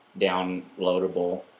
downloadable